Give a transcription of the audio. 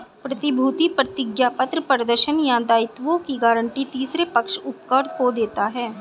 प्रतिभूति प्रतिज्ञापत्र प्रदर्शन या दायित्वों की गारंटी तीसरे पक्ष उपकृत को देता है